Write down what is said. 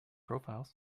profiles